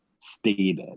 stated